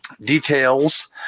details